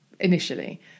initially